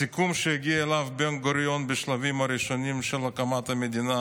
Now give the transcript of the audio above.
הסיכום שהגיע אליו בן-גוריון בשלבים הראשונים של הקמת המדינה